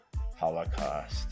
Holocaust